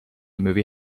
movie